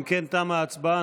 אם כן, תמה ההצבעה.